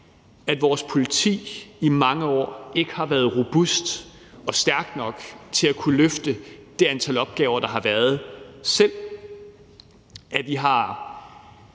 at vores politi i mange år ikke har været robust og stærkt nok til selv at kunne løfte det antal opgaver, der har været, at vi